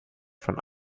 von